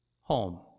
Home